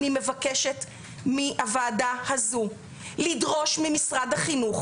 אני מבקשת מהוועדה הזו לדרוש ממשרד החינוך